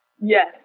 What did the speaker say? Yes